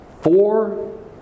four